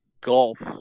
golf